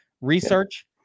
research